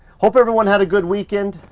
hope everyone had a good weekend.